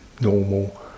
normal